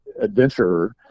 adventurer